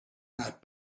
not